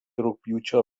rugpjūčio